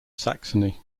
saxony